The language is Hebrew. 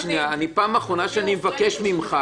רק שנייה, פעם אחרונה שאני מבקש ממך